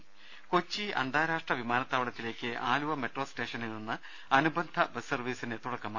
രുമ്പ്പെട്ടിര കൊച്ചി അന്താരാഷ്ട്ര വിമാനത്താവളത്തിലേക്ക് ആലുവ മെട്രോ സ്റ്റേഷനിൽ നിന്ന് അനുബന്ധ ബസ് സർവീസിന് തുടക്കമായി